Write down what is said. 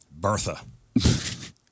Bertha